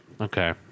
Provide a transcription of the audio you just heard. Okay